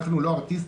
אנחנו לא ארטיסטים.